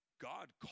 God